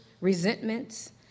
resentments